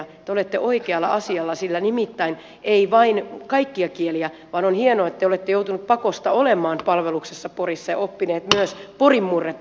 te olette oikealla asialla sillä tämä ei nimittäin koske vain kaikkia kieliä vaan on hienoa että te olette joutunut pakosta olemaan palveluksessa porissa ja oppinut myös porin murretta